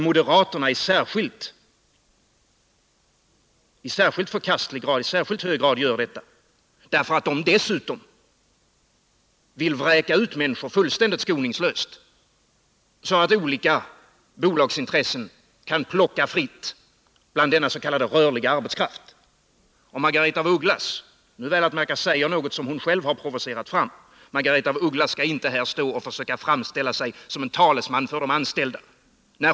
Moderaterna gör det i särskilt hög grad, därför att de dessutom vill vräka ut människor fullständigt skoningslöst, så att olika bolagsintressen kan få plocka fritt bland denna s.k. rörliga arbetskraft. Margaretha af Ugglas — nu, väl att märka, säger jag något som hon själv har provocerat fram — skall inte här försöka framställa sig som en talesman för de anställda.